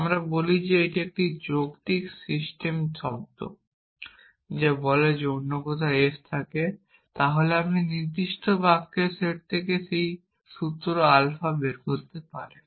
আমরা বলি যে একটি যৌক্তিক সিস্টেম শব্দ যা বলে যে যদি অন্য কথায় s থাকে তাহলে আপনি নির্দিষ্ট বাক্যের সেট থেকে একটি সূত্র আলফা বের করতে পারেন